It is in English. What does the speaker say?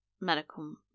medical